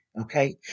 Okay